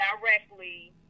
directly